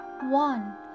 one